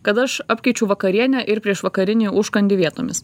kad aš apkeičiu vakarienę ir priešvakarinį užkandį vietomis